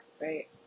right